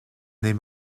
les